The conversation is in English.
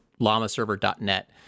llamaserver.net